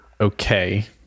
okay